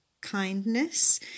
kindness